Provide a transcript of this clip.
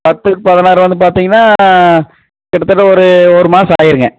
பத்துக்கு பதினாறு வந்து பார்த்தீங்கன்னா கிட்டத்தட்ட ஒரு ஒரு மாசம் ஆயிரும்ங்க